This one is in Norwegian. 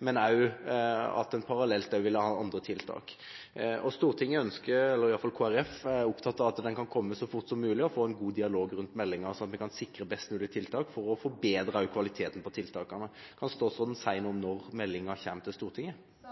men at en også parallelt ville ha andre tiltak. Stortinget ønsker – iallfall er Kristelig Folkeparti opptatt av det – at den kan komme så fort som mulig, og at vi kan få en god dialog rundt meldinga, sånn at vi kan sikre best mulige tiltak for å forbedre kvaliteten på tiltakene. Kan statsråden si noe om når meldinga kommer til Stortinget? Det